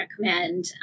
recommend